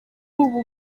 ubu